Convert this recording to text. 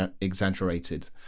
exaggerated